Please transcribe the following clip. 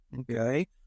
okay